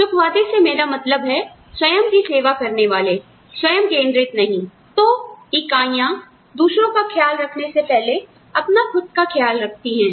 सुखवादी से मेरा मतलब है स्वयं की सेवा करने वाले स्वयं केंद्रित नहीं तो इकाइयां दूसरों का ख्याल रखने से पहले अपना खुद का ख्याल रखती हैं